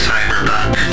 Cyberpunk